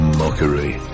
mockery